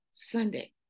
Sunday